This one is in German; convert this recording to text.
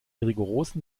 rigorosen